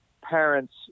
parents